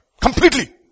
Completely